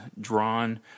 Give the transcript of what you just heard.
drawn